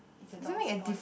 is the door spoilt